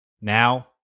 now